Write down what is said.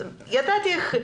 שוב,